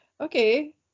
Okay